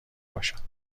باشد